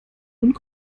und